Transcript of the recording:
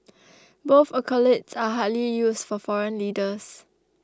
both accolades are hardly used for foreign leaders